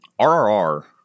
RRR